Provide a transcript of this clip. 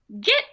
get